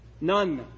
None